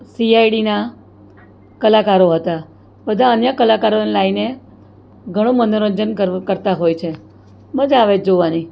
સીઆઈડીના કલાકરો હતા બધા અન્ય કલાકરોને લાવીને ઘણું મનોરંજન કર કરતા હોય છે મજા આવે છે જોવાની